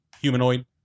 Humanoid